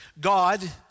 God